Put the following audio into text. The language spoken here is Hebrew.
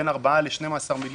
בין 4 ל-12 מיליון,